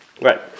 Right